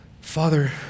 Father